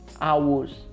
hours